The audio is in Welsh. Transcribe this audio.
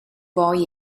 roi